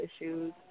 issues